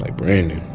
like brandon?